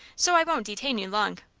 so i won't detain you long.